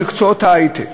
במקצועות ההיי-טק,